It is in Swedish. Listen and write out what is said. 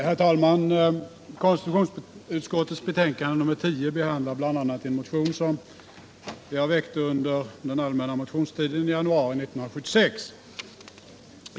Herr talman! Konstitutionsutskottets betänkande nr 10 behandlar bl.a. en motion som jag väckte under den allmänna motionstiden i januari 1976.